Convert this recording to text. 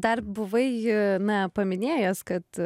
dar buvai na paminėjęs kad